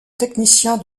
technicien